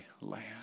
land